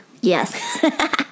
Yes